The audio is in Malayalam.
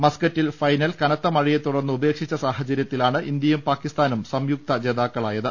മസ്കറ്റിൽ ഫൈനൽ കനത്ത മഴയെ തുടർന്ന് ഉപേക്ഷിച്ച സാഹചര്യത്തിലാണ് ഇന്ത്യയും പാകിസ്ഥാനും സംയുക്ത ജേതാക്കളായത്